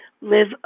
live